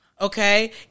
Okay